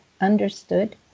understood